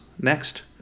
next